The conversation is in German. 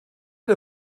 der